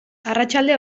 arratsalde